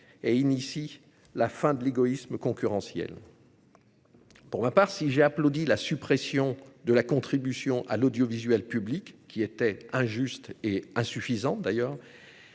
et amorce la fin de l'égoïsme concurrentiel. Pour ma part, si j'ai applaudi à la suppression de la contribution à l'audiovisuel public, qui était injuste et insuffisante,